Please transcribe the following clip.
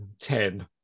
ten